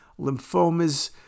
lymphomas